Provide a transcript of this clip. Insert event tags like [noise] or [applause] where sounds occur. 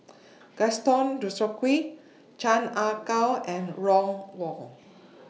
[noise] Gaston Dutronquoy Chan Ah Kow and Ron Wong [noise]